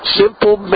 simple